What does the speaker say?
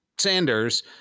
Sanders